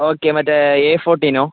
okay മറ്റേ A ഫോർട്ടീനോ